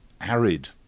arid